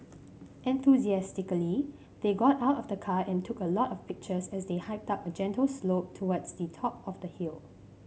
enthusiastically they got out of the car and took a lot of pictures as they hiked up a gentle slope towards the top of the hill